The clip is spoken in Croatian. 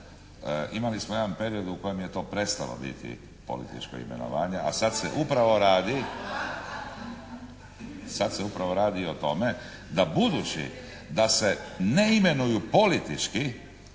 Imali smo jedan period u kojem je to prestalo biti političko imenovanje, a sad se upravo radi, sad se upravo radi o tome da budući da se ne imenuju politički,